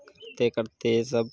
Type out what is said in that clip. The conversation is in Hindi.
करते करते सब